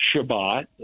Shabbat